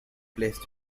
place